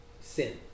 Sin